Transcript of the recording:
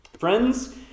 Friends